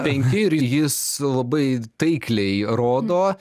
penki ir jis labai taikliai rodo